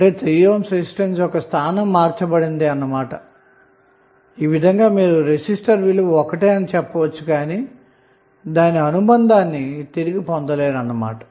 అంటే3 ohm రెసిస్టెన్స్యొక్క స్థానంమార్చబడింది ఆ విధంగా రెసిస్టర్ విలువ ఒకటే ఉన్నా దాని అనుబంధాన్ని తిరిగి పొందలేరు అన్నమాట